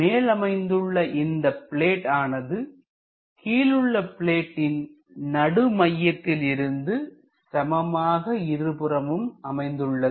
மேல் அமைந்துள்ள இந்த பிளேட் ஆனது கீழுள்ள பிளேடின் நடு மையத்திலிருந்து சமமாக இருபுறமும் அமைந்துள்ளது